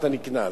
אתה נקנס.